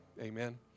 Amen